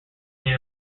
made